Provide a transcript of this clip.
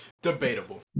debatable